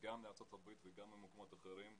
גם מארצות הברית וגם ממקומות אחרים,